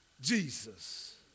Jesus